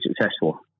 successful